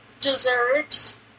deserves